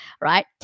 right